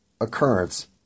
occurrence